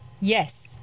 Yes